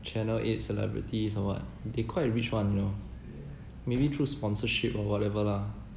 channel eight celebrities or what they quite rich [one] you know maybe through sponsorship or whatever lah